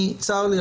צר לי,